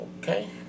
Okay